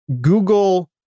Google